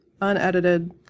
unedited